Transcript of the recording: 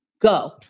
Go